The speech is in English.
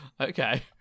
Okay